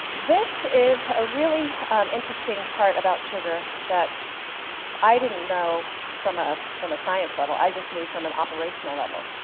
this is a really interesting part about sugar that i didn't know from ah from a science level, i just knew from an operational level.